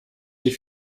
sie